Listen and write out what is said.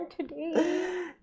today